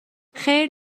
خیر